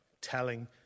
telling